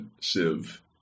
sieve